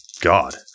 God